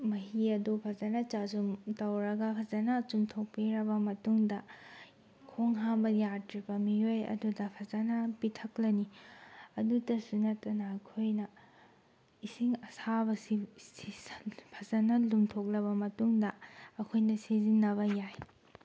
ꯃꯍꯤ ꯑꯗꯨ ꯐꯖꯅ ꯆꯥꯖꯨꯝ ꯇꯧꯔꯒ ꯐꯖꯅ ꯆꯨꯝꯊꯣꯛꯄꯤꯔꯕ ꯃꯇꯨꯡꯗ ꯈꯣꯡ ꯍꯥꯝꯕ ꯌꯥꯗ꯭ꯔꯤꯕ ꯃꯤꯑꯣꯏ ꯑꯗꯨꯗ ꯐꯖꯅ ꯄꯤꯊꯛꯂꯅꯤ ꯑꯗꯨꯇꯁꯨ ꯅꯠꯇꯅ ꯑꯩꯈꯣꯏꯅ ꯏꯁꯤꯡ ꯑꯁꯥꯕꯁꯤ ꯐꯖꯅ ꯂꯨꯝꯊꯣꯛꯂꯕ ꯃꯇꯨꯡꯗ ꯑꯩꯈꯣꯏꯅ ꯁꯤꯖꯤꯟꯅꯕ ꯌꯥꯏ